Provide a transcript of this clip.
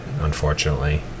unfortunately